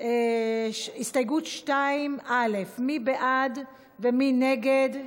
2 א' מי בעד ומי נגד?